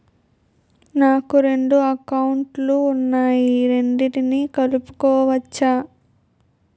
నాకు రెండు అకౌంట్ లు ఉన్నాయి రెండిటినీ కలుపుకోవచ్చా?